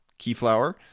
Keyflower